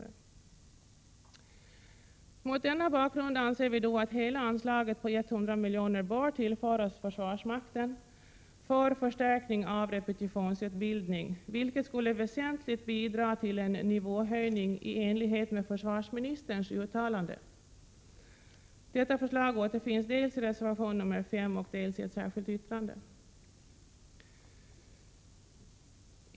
Mot denna bakgrund anser vi att hela anslaget på 100 miljoner bör tillföras försvarsmakten för förstärkning av repetitionsutbildning, vilket skulle väsentligt bidra till en nivåhöjning i enlighet med försvarsministerns uttalande. Detta förslag återfinns dels i reservation 5, dels i ett särskilt yttrande.